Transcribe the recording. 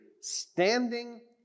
standing